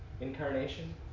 incarnation